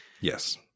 Yes